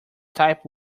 type